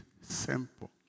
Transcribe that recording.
simple